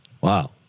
Wow